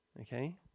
Okay